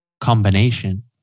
combination